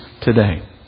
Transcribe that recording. today